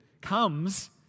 comes